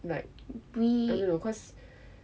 like I don't know cause